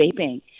vaping